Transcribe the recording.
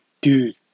Dude